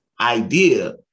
idea